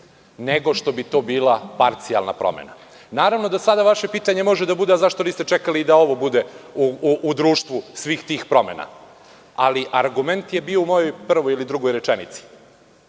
nego što bi to bila parcijalna promena. Naravno da sada vaše pitanje može da bude, zašto niste čekali da i ovo bude u društvu svih tih promena, ali argument je bio u mojoj prvoj ili drugoj rečenici.